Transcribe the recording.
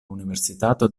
universitato